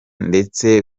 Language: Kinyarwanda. ndetse